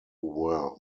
were